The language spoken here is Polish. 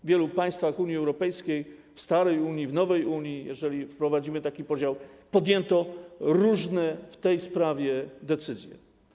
W wielu państwach Unii Europejskiej - w starej Unii, w nowej Unii, jeśli wprowadzimy taki podział - podjęto w tej sprawie różne decyzje.